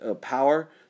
Power